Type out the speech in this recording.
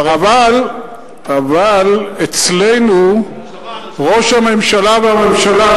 אבל אצלנו ראש הממשלה והממשלה,